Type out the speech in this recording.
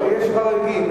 אבל יש חריגים.